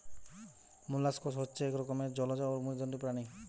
molluscs হচ্ছে এক রকমের জলজ অমেরুদন্ডী প্রাণী